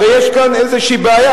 הרי יש כאן איזו בעיה.